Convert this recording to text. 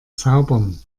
zaubern